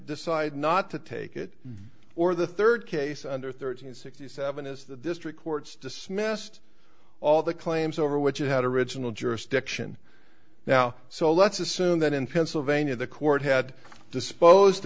decide not to take it or the third case under thirteen sixty seven is the district courts dismissed all the claims over which you had original jurisdiction now so let's assume that in pennsylvania the court had disposed